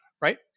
right